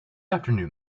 afternoon